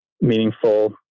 meaningful